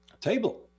table